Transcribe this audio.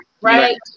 right